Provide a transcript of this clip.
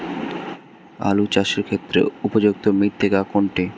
আলু চাষের ক্ষেত্রে উপযুক্ত মৃত্তিকা কোনটি?